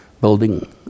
building